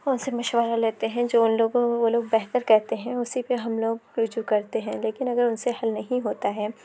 اور اُن سے مشورہ لیتے ہیں جو اُن لوگوں وہ لوگ بہتر کرتے ہیں اُسی پہ ہم لوگ رجوع کرتے ہیں لیکن اگر اُن سے حل نہیں ہوتا ہے